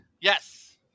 Yes